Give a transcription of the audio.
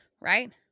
right